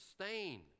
sustain